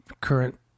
Current